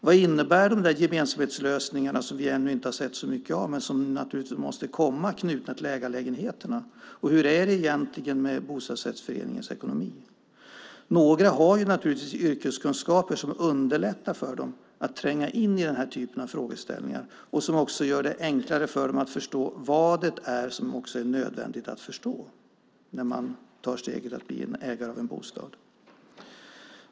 Vad innebär de där gemensamhetslösningarna som vi ännu inte har sett så mycket av men som naturligtvis måste komma knutna till ägarlägenheterna och hur är det egentligen med bostadsrättsföreningens ekonomi? Några har naturligtvis yrkeskunskaper som underlättar för dem att tränga in i den typen av frågeställningar och som också gör det enklare för dem att förstå vad det är som är nödvändigt att förstå när man tar steget att bli ägare av en bostad.